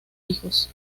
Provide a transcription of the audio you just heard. hijos